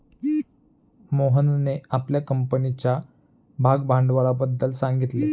मोहनने आपल्या कंपनीच्या भागभांडवलाबद्दल सांगितले